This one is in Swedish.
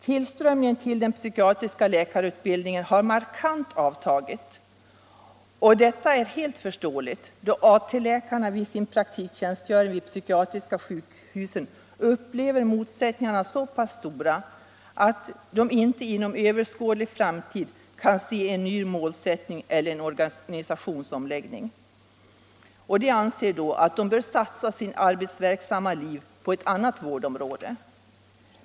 Tillströmningen till den psykiatriska läkarutbildningen har markant avtagit. Detta är helt förståeligt, då AT-läkarna under sin praktiktjänstgöring vid de psykiatriska sjukhusen upplever motsättningarna som så stora att man inte inom överskådlig framtid kan se en ny målsättning eller organisationsomläggning. De anser då att de bör satsa sitt arbetsverksamma liv på ett annat vårdområde.